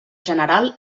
general